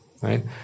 right